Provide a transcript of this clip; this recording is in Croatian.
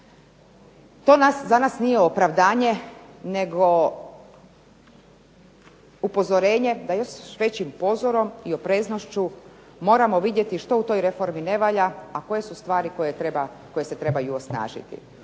To za nas nije opravdanje nego upozorenje da još većim pozorom i opreznošću moramo vidjeti što u toj reformi ne valja, a koje su stvari koje se trebaju osnažiti.